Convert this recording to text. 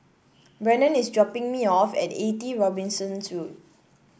Brannon is dropping me off at Eighty Robinson Road